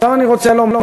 עכשיו אני רוצה לומר,